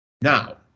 Now